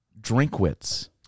Drinkwitz